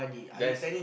that's